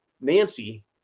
Nancy